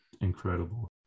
incredible